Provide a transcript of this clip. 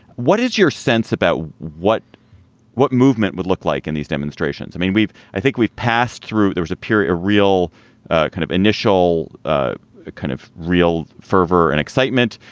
what is your sense about what what movement would look like in these demonstrations? i mean, we've i think we've passed through. there was a period, a real ah kind of initial ah kind of real fervor and excitement.